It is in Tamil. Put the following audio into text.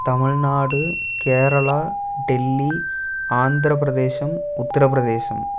தமிழ்நாடு கேரளா டெல்லி ஆந்திரப்பிரதேசம் உத்திரப்பிரதேசம்